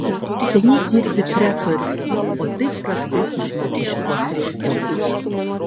seniai dirbi pretorium o taip prastai išmanai šituos reikalus